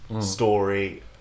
story